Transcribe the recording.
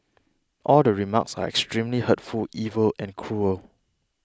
all the remarks are extremely hurtful evil and cruel